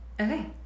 Okay